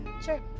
Sure